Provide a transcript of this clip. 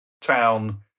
town